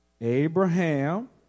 Abraham